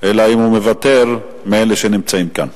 אלא אם כן הוא מוותר, מאלה שנמצאים כאן.